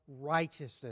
righteousness